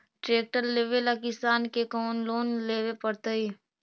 Tractor लेवेला किसान के कौन लोन लेवे पड़तई?